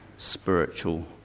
Spiritual